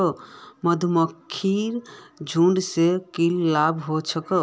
मधुमक्खीर झुंड स की लाभ ह छेक